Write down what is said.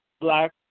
Black